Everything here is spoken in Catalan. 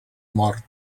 mort